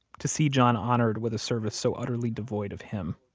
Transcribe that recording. to see john honored with a service so utterly devoid of him.